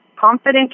confident